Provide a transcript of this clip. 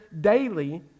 daily